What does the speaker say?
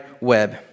web